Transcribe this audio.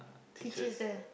teachers there